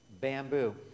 bamboo